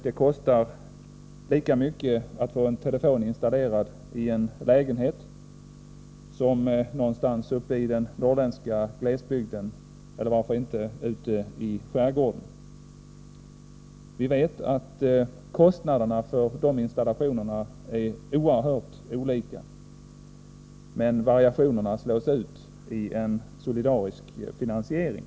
Det kostar lika mycket att få en telefon installerad i en lägenhet som någonstans uppe i den norrländska glesbygden, eller varför inte ute i skärgården. Vi vet att kostnaderna för de installationerna är oerhört olika, men variationerna slås ut i en solidarisk finansiering.